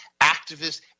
activists